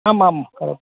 आम् आं करोतु